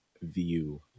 view